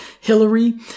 Hillary